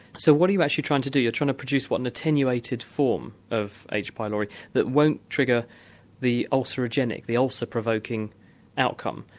so what are you actually trying to do, you're trying to produce an attenuated form of h. pylori that won't trigger the ulcerogenic, the ulcer-provoking outcome,